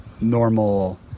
normal